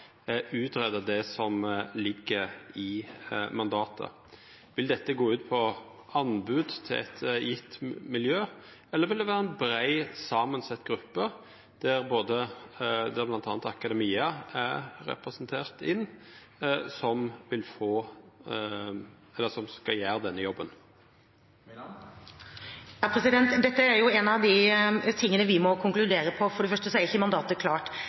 gå ut på anbod til eit bestemt miljø, eller vil det vera ei breitt samansett gruppe der bl.a. akademia er representert, som skal gjera denne jobben? Dette er en av de tingene hvor vi må konkludere. For det første er ikke mandatet klart.